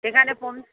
এখানে